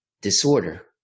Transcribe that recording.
disorder